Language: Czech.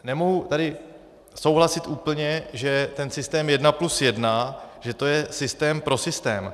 Nemohu tady souhlasit úplně, že systém 1+1, že to je systém pro systém.